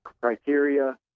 criteria